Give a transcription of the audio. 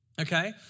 Okay